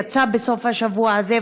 יצא בסוף השבוע הזה,